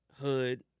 hood